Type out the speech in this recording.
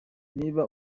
niba